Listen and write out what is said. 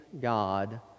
God